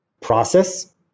Process